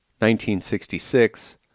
1966